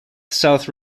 south